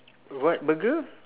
what burger